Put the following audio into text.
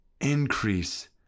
increase